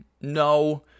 No